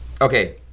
okay